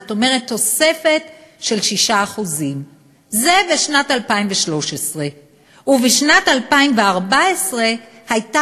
זאת אומרת תוספת של 6%; זה בשנת 2013. ובשנת 2014 הייתה